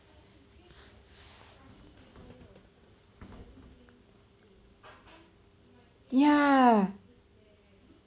yeah